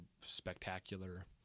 spectacular